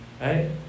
Right